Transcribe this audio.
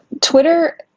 Twitter